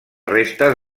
restes